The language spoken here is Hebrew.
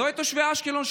לא את תושבי אשקלון,